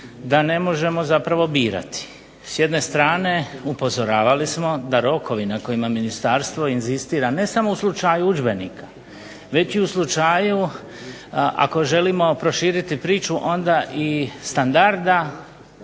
da ne možemo zapravo birati. S jedne strane upozoravali smo da rokovi na kojima ministarstvo inzistira ne samo u slučaju udžbenika već i u slučaju ako želimo proširiti priču onda i standarda